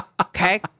Okay